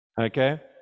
Okay